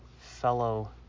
fellow